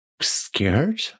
scared